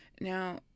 Now